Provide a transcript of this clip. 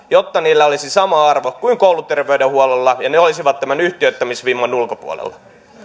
jotta niillä olisi sama arvo kuin kouluterveydenhuollolla ja ne olisivat tämän yhtiöittämisvimman ulkopuolella